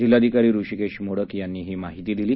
जिल्हाधिकारी हृषीकेश मोडक यांनी ही माहिती दिली